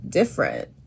different